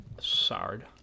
Sard